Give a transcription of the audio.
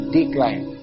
decline